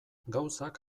gauzak